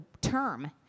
term